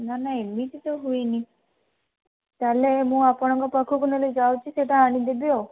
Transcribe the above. ନା ନା ଏମିତି ତ ହୁଏନି ତା'ହେଲେ ମୁଁ ଆପଣଙ୍କ ପାଖକୁ ନହେଲେ ଯାଉଛି ସେଇଟା ଆଣିଦେବି ଆଉ